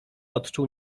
odczuł